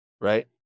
right